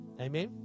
Amen